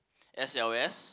S L S